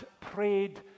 prayed